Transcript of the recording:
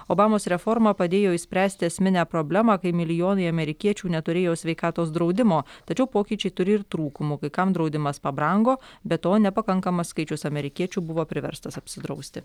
obamos reforma padėjo išspręsti esminę problemą kai milijonai amerikiečių neturėjo sveikatos draudimo tačiau pokyčiai turi ir trūkumų kai kam draudimas pabrango be to nepakankamas skaičius amerikiečių buvo priverstas apsidrausti